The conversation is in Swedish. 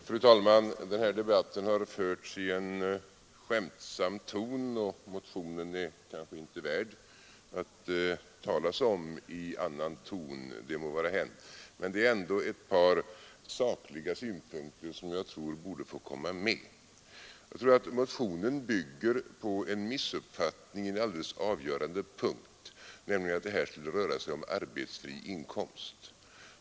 Fru talman! Denna debatt har förts i en skämtsam ton, och motionen är kanske inte värd att talas om i annan ton. Det må vara hänt. Men det är ändå ett par sakliga synpunkter som jag tror borde få komma med. Motionen bygger nog på en missuppfattning i en alldeles avgörande punkt, nämligen att det här skulle röra sig om arbetsfri inkomst.